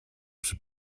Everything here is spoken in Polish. przy